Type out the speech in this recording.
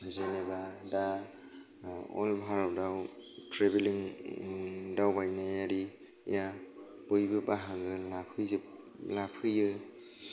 जेनेबा दा अल भारतआव ट्रेभेलिं दावबायनाय आरिया बयबो बाहागो लाफैयो लाफैयो